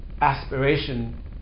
aspiration